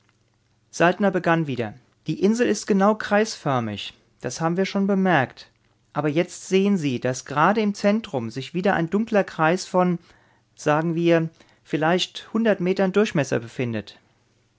saltner begann wieder die insel ist genau kreisförmig das haben wir schon bemerkt aber jetzt sehen sie daß gerade im zentrum sich wieder ein dunkler kreis von sagen wir vielleicht hundert metern durchmesser befindet